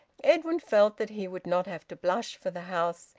edwin felt that he would not have to blush for the house,